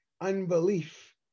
unbelief